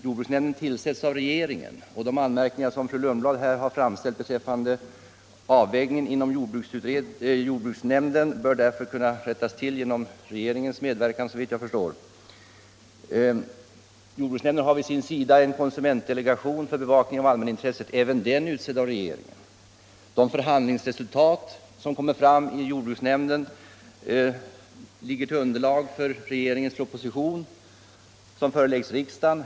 Jordbruksnämnden tillsätts av regeringen, och de anmärkningar fru Lundblad framställt beträffande avvägningar inom jordbruksnämnden bör därför kunna rättas till genom regeringens medverkan. Jordbruksnämnden har vid sin sida en konsumentdelegation för bevakning av allmänintresset, även den utsedd av regeringen. De förhandlingsresultat som kommer fram i jordbruksnämnden utgör underlag för regeringens proposition, som föreläggs riksdagen.